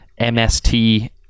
mst